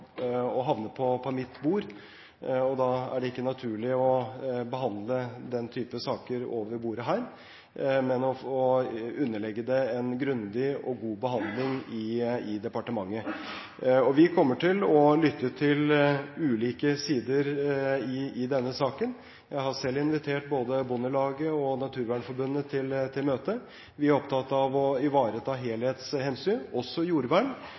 til å havne på mitt bord. Det er ikke naturlig å behandle den typen saker over bordet her, men å underlegge det en grundig og god behandling i departementet. Vi kommer til å lytte til ulike sider i denne saken. Jeg har selv invitert både Bondelaget og Naturvernforbundet til møte. Vi er opptatt av å ivareta helhetshensyn, også jordvern,